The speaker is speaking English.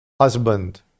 husband